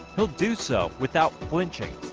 he'll do so without flinching